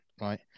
Right